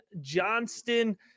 johnston